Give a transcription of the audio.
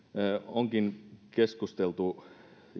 onkin keskusteltu